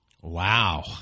Wow